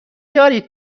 دارید